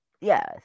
Yes